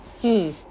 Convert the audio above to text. mm